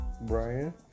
Brian